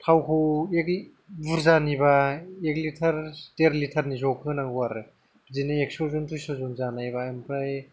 थावखौ एग बुरजानिबा एक लिटार देर लिथार नि जग होनांगौ आरो बिदिनो एकस'जन दुइस'जन जानायनिबा ओमफ्राय